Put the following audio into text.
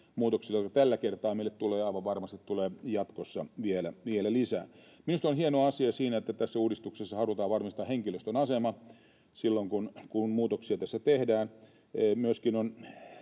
tällä kertaa meille tulevat, ja aivan varmasti tulee jatkossa vielä lisää. Minusta on hieno asia, että tässä uudistuksessa halutaan varmistaa henkilöstön asema silloin, kun muutoksia tässä